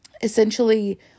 essentially